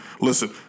Listen